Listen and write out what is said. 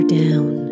down